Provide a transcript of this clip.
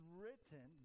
written